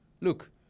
look